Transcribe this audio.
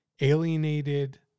alienated